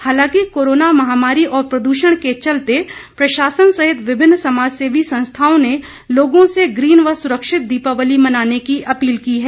हालांकि कोरोना महामारी और प्रदूषण के चलते प्रशासन सहित विभिन्न समाजसेवी संस्थाओं ने लोगों से ग्रीन व सुरक्षित दीपावली मनाने की अपील की है